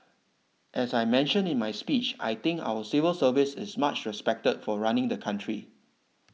as I mentioned in my speech I think our civil service is much respected for running the country